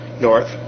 north